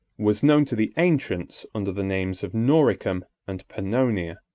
was known to the ancients under the names of noricum and pannonia.